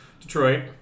Detroit